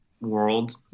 world